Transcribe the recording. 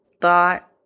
thought